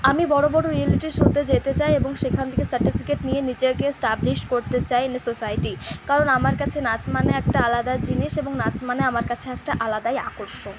আমি বড় বড় রিয়েলিটি শোতে যেতে চাই এবং সেখান থেকে সার্টিফিকেট নিয়ে নিজেকে এস্টাব্লিশ করতে চাই ইন দ্য সোসাইটি কারণ আমার কাছে নাচ মানে একটা আলাদা জিনিস এবং নাচ মানে আমার কাছে একটা আলাদাই আকর্ষণ